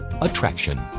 attraction